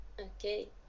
okay